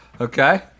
Okay